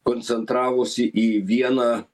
koncentravosi į vieną